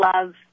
love